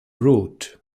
root